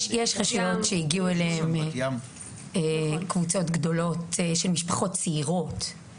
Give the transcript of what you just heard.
יש רשויות אליהן הגיעו קבוצות גדולות של משפחות צעירות.